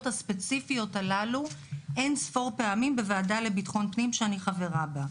הספציפיות הללו אין-ספור פעמים בוועדה לביטחון הפנים שאני חברה בה.